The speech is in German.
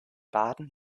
baden